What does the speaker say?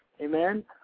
Amen